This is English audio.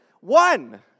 One